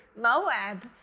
Moab